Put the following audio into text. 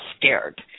scared